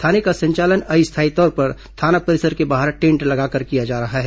थाने का संचालन अस्थायी तौर पर थाना परिसर के बाहर टेन्ट लगाकर किया जा रहा है